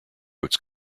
oats